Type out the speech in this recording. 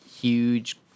huge